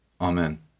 Amen